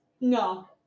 No